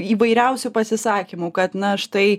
įvairiausių pasisakymų kad na štai